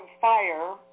fire